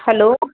hello